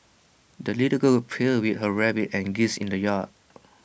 the little girl played with her rabbit and geese in the yard